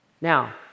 Now